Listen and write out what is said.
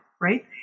right